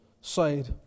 side